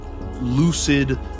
lucid